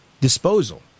disposal